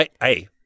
Hey